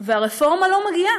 ומחכים, והרפורמה לא מגיעה,